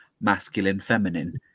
masculine-feminine